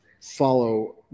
follow